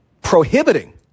prohibiting